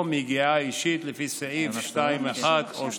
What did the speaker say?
מיגיעה אישית לפי סעיף 2(1) או (2)